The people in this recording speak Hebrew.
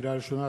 לקריאה ראשונה,